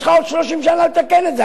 יש לך עוד 30 שנה לתקן את זה.